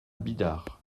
bidart